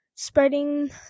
spreading